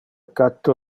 catto